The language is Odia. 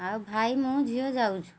ଆଉ ଭାଇ ମୁଁ ଝିଅ ଯାଉଛୁ